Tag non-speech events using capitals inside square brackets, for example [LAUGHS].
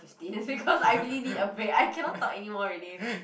fifteen [LAUGHS] because I really need a break I cannot talk anymore already